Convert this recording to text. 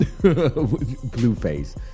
Blueface